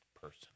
person